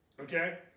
Okay